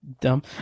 dumb